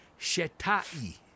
Shetai